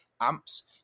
amps